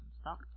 Stop